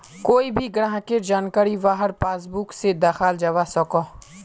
कोए भी ग्राहकेर जानकारी वहार पासबुक से दखाल जवा सकोह